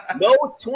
No